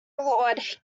lord